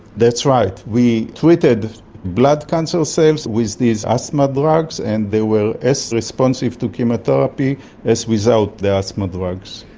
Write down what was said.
that's right. we treated blood cancer cells with these asthma drugs, and they were as responsive to chemotherapy as without the asthma drugs.